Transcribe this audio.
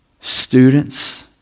students